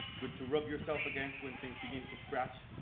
good to rub yourself against when things begin to scratch,